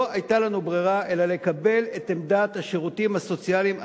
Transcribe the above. לא היתה לנו ברירה אלא לקבל את עמדת השירותים הסוציאליים.